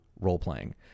role-playing